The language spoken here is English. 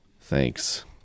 thanks